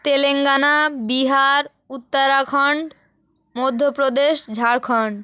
Telangana Bihar Uttarakhand Madhya Pradesh Jharkhand